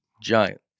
Giant